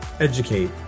educate